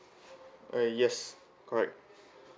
uh yes correct